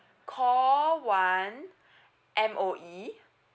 call one M_O_E